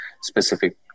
specific